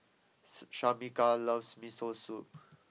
Shameka loves Miso Soup